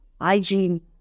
Hygiene